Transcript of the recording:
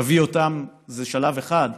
תביא אותם זה שלב אחד,